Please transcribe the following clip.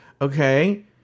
okay